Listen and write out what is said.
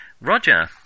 Roger